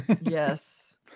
Yes